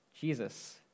Jesus